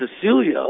Cecilia